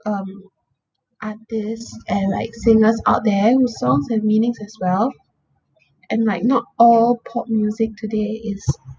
um artists and like singers out there whose songs have meanings as well and might not all pop music today is